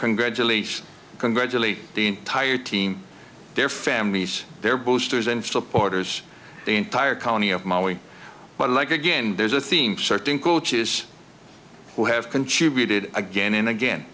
congratulations congratulate the entire team their families their boosters and supporters the entire colony of mali but like again there's a theme certain coaches who have contributed again and again